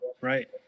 right